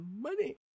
money